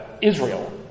Israel